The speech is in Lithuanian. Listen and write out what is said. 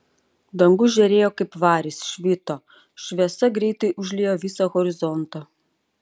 dangus žėrėjo kaip varis švito šviesa greitai užliejo visą horizontą